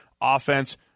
offense